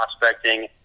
prospecting